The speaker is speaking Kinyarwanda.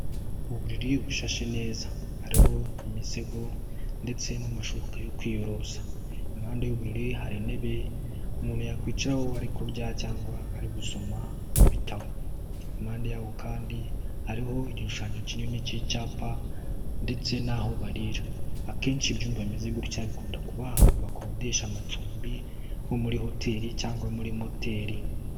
Uburiri bushashe neza, hariho imisego ndetse n'amashuka yo kwiyoronsa. Impande y'uburiri hari intebe umuntu yakwicaraho ari kurya cyangwa ari gusoma ibitabo. Impande yaho kandi hariho igishushanyo kinini cy'icyapa ndetse n'aho barira. Akenshi ibyumba bimeze gutya bikunda kuba ahantu bakodesha amacumbi nko muri hoteri cyangwa muri moteri.